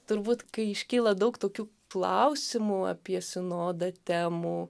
turbūt kai iškyla daug tokių klausimų apie sinodą temų